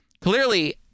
Clearly